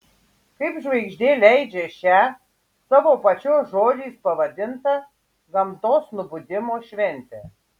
kaip žvaigždė leidžią šią savo pačios žodžiais pavadintą gamtos nubudimo šventę